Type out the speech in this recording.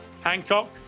Hancock